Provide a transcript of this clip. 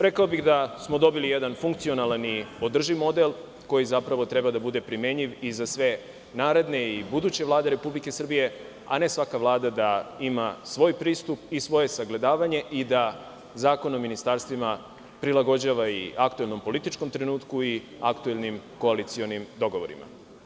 Rekao bih da smo dobili jedan funkcionalna i održiv model, koji zapravo treba da bude primenljiv za sve naredne i buduće Vlade Republike Srbije, a ne svaka Vlada da ima svoj pristup i svoje sagledavanje i da Zakon o ministarstvima prilagođava i aktuelnom političkom trenutku i aktuelnim koalicionim dogovorima.